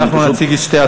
אני פשוט אציג את שתי,